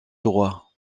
droit